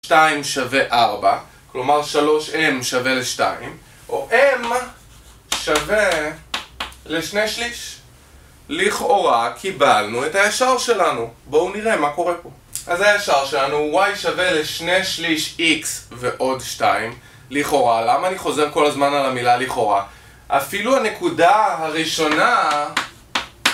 2 שווה 4, כלומר 3m שווה ל-2 או m שווה לשני שליש. לכאורה קיבלנו את הישר שלנו בואו נראה מה קורה פה אז הישר שלנו y שווה לשני שליש x ועוד 2 לכאורה, למה אני חוזר כל הזמן על המילה לכאורה? אפילו הנקודה הראשונה